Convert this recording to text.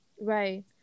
Right